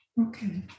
Okay